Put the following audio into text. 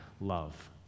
love